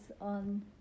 on